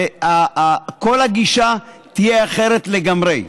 כל הגישה תהיה אחרת לגמרי.